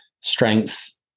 strength